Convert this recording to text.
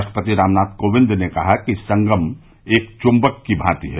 राष्ट्रपति रामनाथ कोविंद ने कहा कि संगम एक चुंबक की भांति हैं